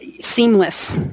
seamless